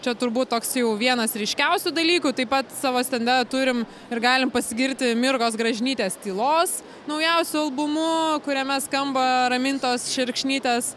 čia turbūt toks jau vienas ryškiausių dalykų taip pat savo stende turim ir galim pasigirti mirgos gražinytės tylos naujausiu albumu kuriame skamba ramintos šerkšnytės